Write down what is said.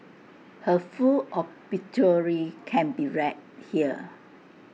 her full obituary can be read here